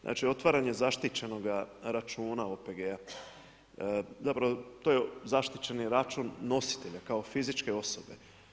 Znači otvaranje zaštićenoga računa OPG-a, zapravo to je zaštićeni račun nositelja kao fizičke osobe.